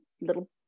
little